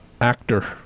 Actor